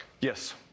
Yes